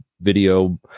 video